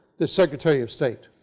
the secretary of state.